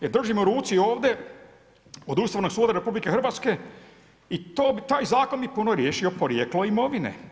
Držim u ruci ovdje od Ustavnog suda RH i taj zakon bi puno riješio porijeklo imovine.